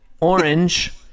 orange